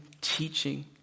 teaching